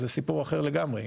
אז זה סיפור אחר לגמרי.